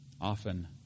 Often